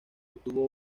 obtuvo